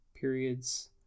periods